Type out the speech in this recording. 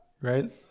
right